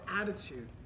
attitude